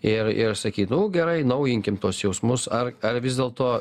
ir ir sakyt nu gerai naujinkim tuos jausmus ar ar vis dėlto